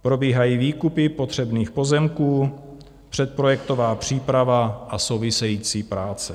Probíhají výkupy potřebných pozemků, předprojektová příprava a související práce.